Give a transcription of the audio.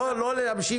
לא להמשיך.